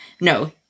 No